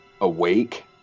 Awake